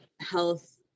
health